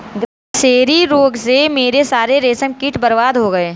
grasserie रोग से मेरे सारे रेशम कीट बर्बाद हो गए